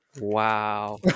wow